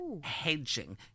hedging